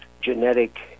genetic